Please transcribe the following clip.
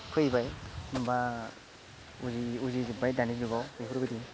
फैबाय बा उजिजोबबाय दानि जुगाव बेफोरबायदि